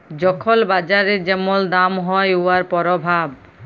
যখল বাজারে যেমল দাম হ্যয় উয়ার পরভাব